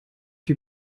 die